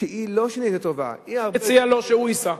שלא שהיא לא טובה, היא, תציע לו שהוא ייסע.